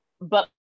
But-